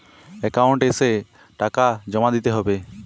Account এসে টাকা জমা দিতে হবে?